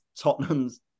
Tottenham's